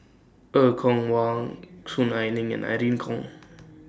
Er Kwong Wah Soon Ai Ling and Irene Khong